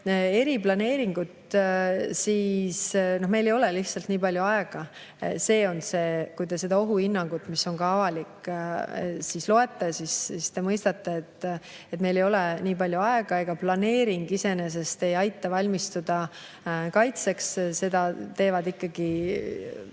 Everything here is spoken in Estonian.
eriplaneeringut, siis meil ei ole lihtsalt nii palju aega. See on see [põhjus]. Kui te seda ohuhinnangut, mis on avalik, loete, siis te mõistate, et meil ei ole nii palju aega. Ega planeering iseenesest ei aita valmistuda kaitseks. Seda [saavutab] ikkagi